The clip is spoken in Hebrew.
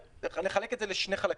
לחלק את זה לשני חלקים.